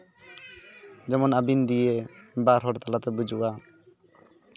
ᱡᱮᱢᱚᱱ ᱟᱵᱤᱱ ᱫᱤᱭᱮ ᱵᱟᱨ ᱦᱚᱲ ᱛᱟᱞᱟ ᱛᱮ ᱵᱩᱡᱩᱜᱼᱟ